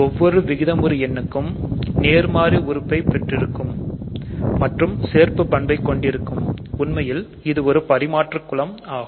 ஒவ்வொரு விகிதமுறு எண்ணுக்கும் நேர்மாறு உறுப்பை பெற்றிருக்கும் மற்றும் சேர்ப்புப் பண்பு கொண்டிருக்கும் உண்மையில் இது ஒரு பரிமாற்று குலம் ஆகும்